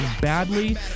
badly